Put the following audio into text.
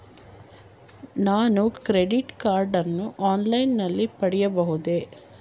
ನಾನು credit card ಅನ್ನು online ನಲ್ಲಿ ಪಡೆಯಬಹುದೇ?